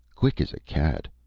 quick as a cat,